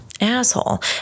Asshole